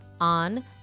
on